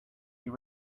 you